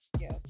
Yes